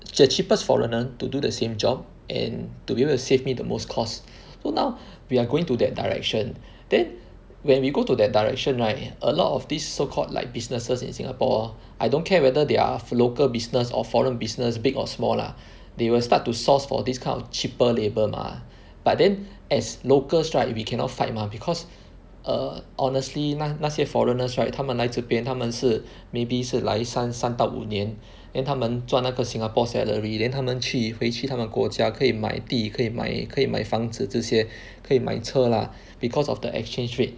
the cheapest foreigner to do the same job and to be able to save me the most costs so now we are going to that direction then when we go to that direction right a lot of these so called like businesses in Singapore I don't care whether they are for local business or foreign business big or small lah they will start to source for this kind of cheaper labour mah but then as locals right we cannot fight mah because err honestly 那那些 foreigners right 他们来自这边他们是 maybe 是来三三到五年 then 他们赚那个 Singapore salary then 他们去回去他们国家可以买地可以买可以买房子这些可以买车 lah because of the exchange rate